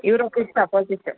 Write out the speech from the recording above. euro kids opposite